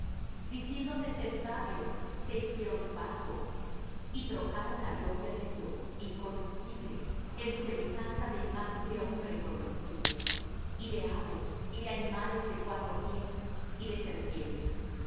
diciéndose ser sabios se hicieron fatuos y trocaron la gloria del dios incorruptible en semejanza de imagen de hombre corruptible y de aves y de animales de cuatro pies y de serpientes